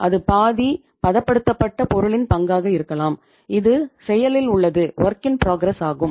அது பாதி பதப்படுத்தப்பட்ட பொருளின் பங்காக இருக்கலாம் இது செயலில் உள்ளது ஆகும்